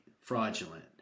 fraudulent